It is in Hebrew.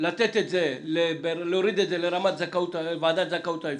להוריד את זה לרמת ועדת זכאות ואפיון,